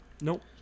Nope